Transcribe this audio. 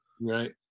Right